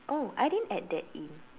oh I didn't add that in